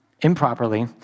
improperly